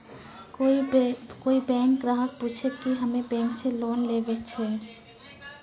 कोई बैंक ग्राहक पुछेब की हम्मे बैंक से लोन लेबऽ?